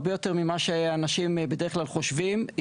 הרבה יותר ממה שאנשים בדרך כלל חושבים.